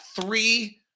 three